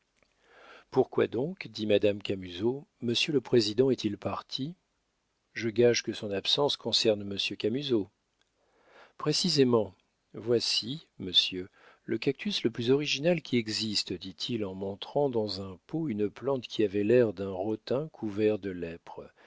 pourquoi donc dit madame camusot monsieur le président est-il parti je gage que son absence concerne monsieur camusot précisément voici monsieur le cactus le plus original qui existe dit-il en montrant dans un pot une plante qui avait l'air d'un rotin couvert de lèpre